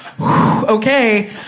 okay